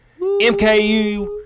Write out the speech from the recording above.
MKU